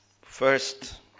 first